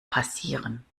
passieren